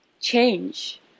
change